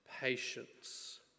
patience